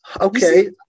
okay